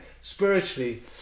spiritually